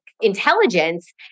intelligence